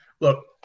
Look